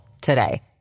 today